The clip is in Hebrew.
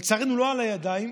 לצערנו לא על הידיים,